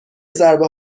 ضربه